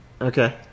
Okay